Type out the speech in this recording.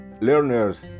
learners